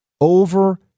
over